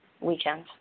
Weekend